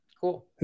cool